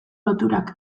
loturak